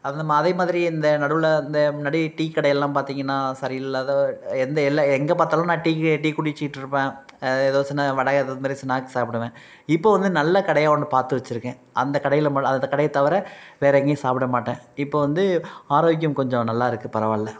அந் நம்ம அதே மாதிரி இந்த நடுவில் இந்த முன்னாடி டீ கடையெல்லாம் பார்த்தீங்கன்னா சரி இல்லாத எந்த எல்ல எங்கே பார்த்தாலும் நான் டீ கே டீ குடிச்சுட்ருப்பேன் ஏதோ சின்ன வடை அது மாதிரி ஸ்நாக்ஸ் சாப்பிடுவேன் இப்போ வந்து நல்ல கடையாக ஒன்று பார்த்து வைச்சுருக்கேன் அந்த கடையில் மட் அந்த கடையை தவிர வேறு எங்கேயும் சாப்பிட மாட்டேன் இப்போ வந்து ஆரோக்கியம் கொஞ்சம் நல்லாயிருக்கு பரவாயில்ல